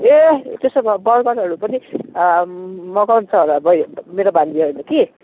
ए त्यसो भए बर्गरहरू पनि मगाउँछ होला बै मेरो भान्जीहरूले कि